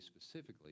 specifically